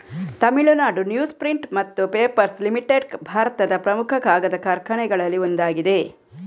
Tamil Nadu newsprint ಮತ್ತು papers limited ಭಾರತದ ಪ್ರಮುಖ ಕಾಗದ ಕಾರ್ಖಾನೆಗಳಲ್ಲಿ ಒಂದಾಗಿದೆ